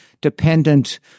dependent